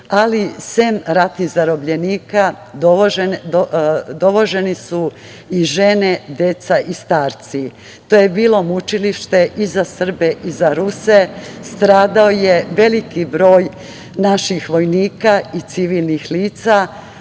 ali sem ratnih zarobljenika, dovoženi su i žene, deca i starci. To je bilo mučilište i za Srbe i za Ruse. Stradao je veliki broj naših vojnika i civilnih lica,